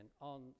on